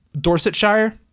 Dorsetshire